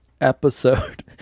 episode